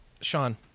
Sean